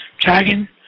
Dragon